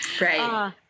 Right